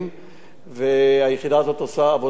והיחידה הזאת עושה עבודה מצוינת,